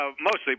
Mostly